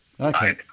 Okay